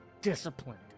disciplined